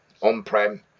on-prem